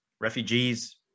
refugees